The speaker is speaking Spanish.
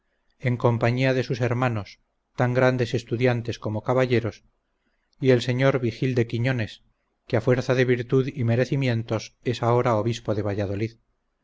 en compañía de sus hermanos tan grandes estudiantes como caballeros y el señor vigil de quiñones que a fuerza de virtud y merecimientos es ahora obispo de valladolid